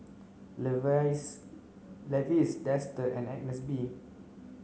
Levi's Dester and Agnes B